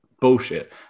bullshit